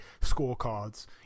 scorecards